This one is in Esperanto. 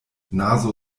nazo